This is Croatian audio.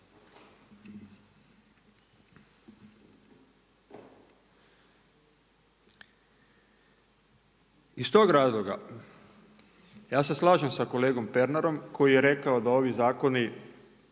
Iz tog razloga, ja se slažem sa kolegom Pernarom, koji je rekao, da ovi zakoni